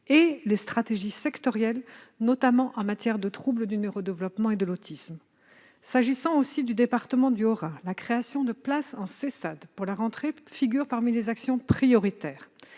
et les stratégies sectorielles, notamment en matière de troubles du neuro-développement et de l'autisme. Dans le département du Haut-Rhin, la création de places en Sessad pour la prochaine rentrée figure parmi les actions prioritaires.